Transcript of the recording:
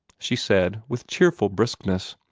she said, with cheerful briskness.